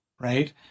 right